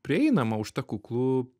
prieinama už tą kuklų